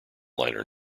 liner